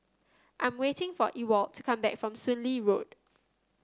I'm waiting for Ewald to come back from Soon Lee Road